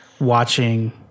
watching